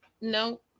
no